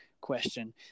question